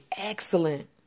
excellent